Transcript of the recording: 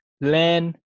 land